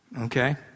Okay